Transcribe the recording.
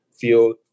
feel